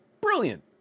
Brilliant